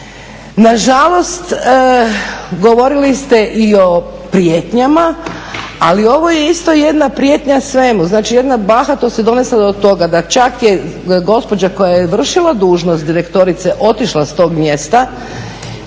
Nažalost govorili ste i o prijetnjama ali ovo je isto jedna prijetnja svemu. Znači jedna bahatost je donesla do toga da čak je gospođa koja je vršila dužnost direktorice otišla sa tog mjesta